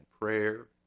prayer